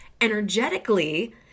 energetically